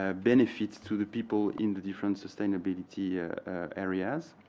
ah benefits to the people in the different sustainability areas.